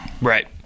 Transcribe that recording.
Right